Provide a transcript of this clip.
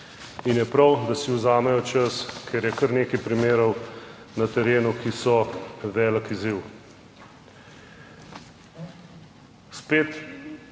in je prav, da si vzamejo čas, ker je kar nekaj primerov na terenu, ki so velik izziv.